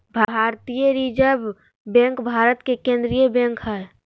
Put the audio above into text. भारतीय reserve bank Bharat के केन्द्रीय बैंक हइ